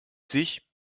sich